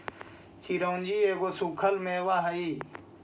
चिरौंजी एगो सूखल मेवा हई